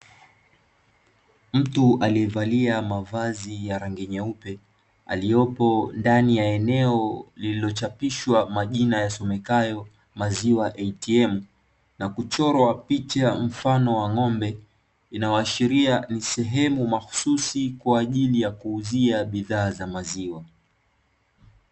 Mtu aliyevalia mavazi ya rangi nyeupe, aliyepo ndani ya eneo lililochapishwa majina yasomekayo ''maziwa ATM'', na kuchorwa picha mfano wa ng'ombe, inayoashiria ni sehemu mahususi kwa ajili ya kuuzia bidhaa za maziwa.